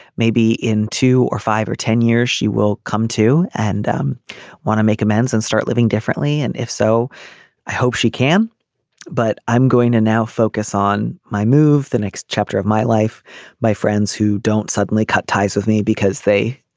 maybe in two or five or ten years she will come to and um want to make amends and start living differently and if so i hope she can but i'm going to now focus on my move the next chapter of my life my friends who don't suddenly cut ties with me because they